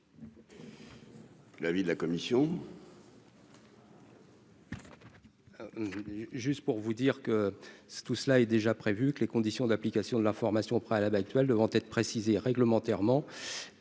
L'avis de la commission.